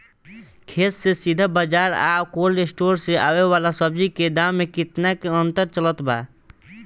खेत से सीधा बाज़ार आ कोल्ड स्टोर से आवे वाला सब्जी के दाम में केतना के अंतर चलत बा?